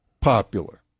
popular